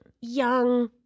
young